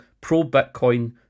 pro-Bitcoin